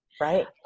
Right